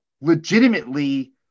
legitimately